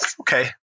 Okay